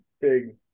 big